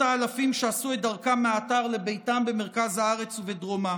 אלפים שעשו את דרכם מהאתר לביתם במרכז הארץ ודרומה.